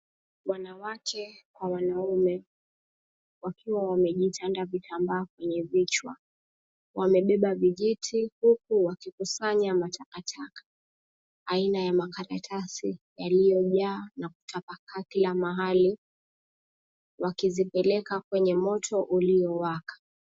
Wanawake kwa wanaume wakiwa wamejitanda vitambaa kwenye vichwa wamebeba vijiti huku wakikusanya matakataka aina ya makaratasi yaliyo jaa na kutapakaa kila mahali wakizipeleka kwenye moto uliowaka.